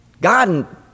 God